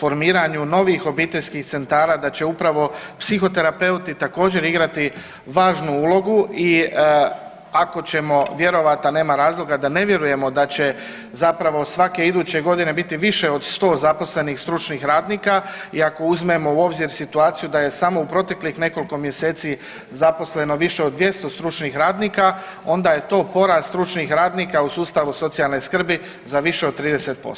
formiranju novih obiteljskih centara da će upravo psihoterapeuti također igrati važnu ulogu i ako ćemo vjerovat, a nema razloga da ne vjerujemo da će svake iduće godine biti više od 100 zaposlenih stručnih radnika i ako uzmemo u obzir situaciju da je samo u proteklih nekoliko mjeseci zaposleno više od 200 stručnih radnika onda je to porast stručnih radnika u sustavu socijalne skrbi za više od 30%